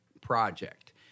project